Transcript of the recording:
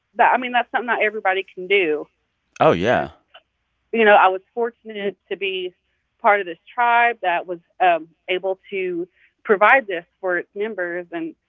that i mean, that's something not everybody can do oh, yeah you know, i was was fortunate to be part of this tribe that was ah able to provide this for its members. and,